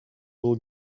will